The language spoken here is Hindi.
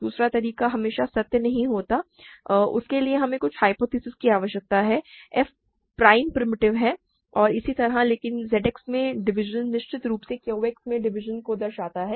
दूसरा तरीका हमेशा सत्य नहीं होता है और उसके लिए हमें कुछ ह्य्पोथेसिस की आवश्यकता है कि f प्राइम प्रिमिटिव है और इसी तरह लेकिन ZX में डिवीज़न निश्चित रूप से Q X में डिवीज़न को दर्शाती है